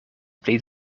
pli